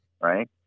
Right